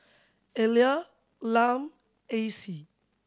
Elia Lum Acie